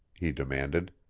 he demanded.